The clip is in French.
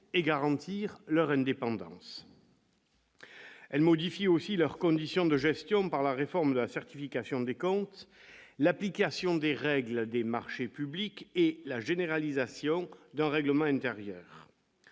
et garantir leur indépendance. Elle modifie aussi leurs conditions de gestion par la réforme de la certification des comptes, l'application des règles de marchés publics et la généralisation d'un règlement intérieur.